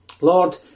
Lord